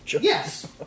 Yes